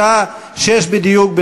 בשעה 18:00 בדיוק,